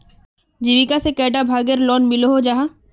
जीविका से कैडा भागेर लोन मिलोहो जाहा?